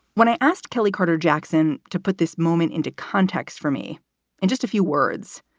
when i asked kelly carter jackson to put this moment into context for me in just a few words,